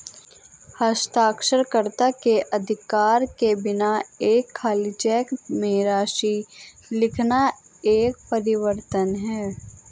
हस्ताक्षरकर्ता के अधिकार के बिना एक खाली चेक में राशि लिखना एक परिवर्तन है